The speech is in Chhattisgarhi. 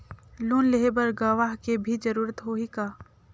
लोन लेहे बर गवाह के भी जरूरत होही का?